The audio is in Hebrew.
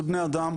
זה בני אדם,